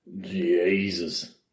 jesus